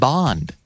Bond